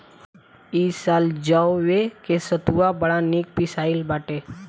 इ साल जवे के सतुआ बड़ा निक पिसाइल बाटे